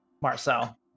Marcel